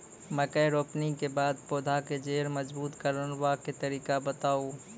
मकय रोपनी के बाद पौधाक जैर मजबूत करबा के तरीका बताऊ?